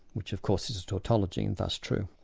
which of course is a tautology and thus true.